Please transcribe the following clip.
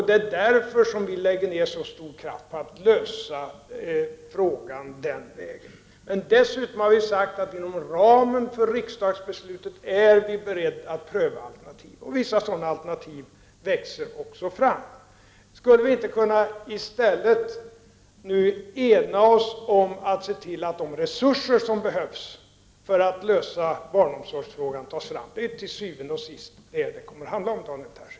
Det är därför som vi socialdemokrater lägger ner så stor kraft på att den vägen lösa frågan. Dessutom har vi uttalat att vi inom ramen för riksdagsbeslutet är beredda att pröva alternativ, och vissa sådana alternativ växer också fram. Vi borde i stället kunna ena oss om att se till att ta fram de resurser som behövs för att lösa barnomsorgsfrågan. Detta är til syvende og sidst vad det kommer att handla om, Daniel Tarschys.